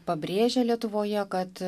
pabrėžia lietuvoje kad